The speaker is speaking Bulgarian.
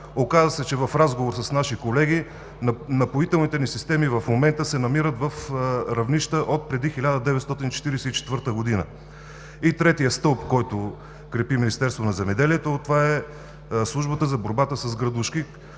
Оказа се, че в разговор с наши колеги, напоителните ни системи в момента се намират в равнища отпреди 1944 г. Третият стълб, който крепи Министерството на земеделието, това е службата за борбата с градушки.